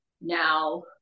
now